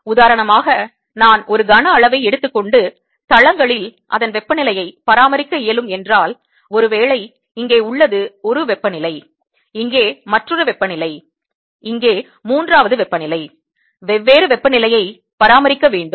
உதாரணமாக நான் ஒரு கனஅளவை எடுத்துக்கொண்டு தளங்களில் அதன் வெப்பநிலையை பராமரிக்க இயலும் என்றால் ஒருவேளை இங்கே உள்ளது ஒரு வெப்பநிலை இங்கே மற்றொரு வெப்பநிலை இங்கே மூன்றாவது வெப்பநிலை வெவ்வேறு வெப்பநிலையை பராமரிக்க வேண்டும்